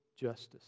justice